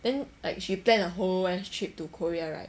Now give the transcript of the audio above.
then like she plan a whole ass trip to korea right